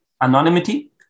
Anonymity